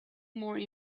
more